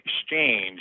exchange